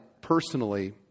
personally